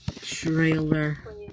trailer